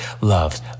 loved